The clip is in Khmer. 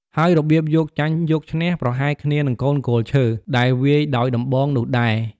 ហើយរបៀបយកចាញ់យកឈ្នះ ប្រហែលគ្នានឹងកូនគោលឈើ ដែលវាយដោយដំបងនោះដែរ។